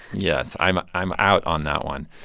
yes, i'm i'm out on that one.